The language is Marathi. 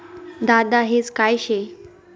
दादा हेज काय शे?